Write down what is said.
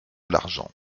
l’argent